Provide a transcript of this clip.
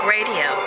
Radio